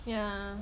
yeah